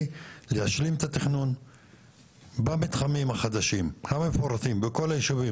להשלים את התכנון במתחמים החדשים המפורטים בכל היישובים,